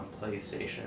playstation